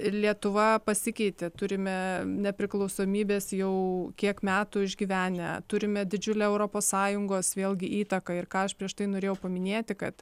lietuva pasikeitė turime nepriklausomybės jau kiek metų išgyvenę turime didžiulę europos sąjungos vėlgi įtaką ir ką aš prieš tai norėjau paminėti kad